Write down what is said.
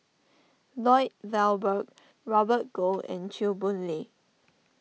Lloyd Valberg Robert Goh and Chew Boon Lay